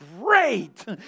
great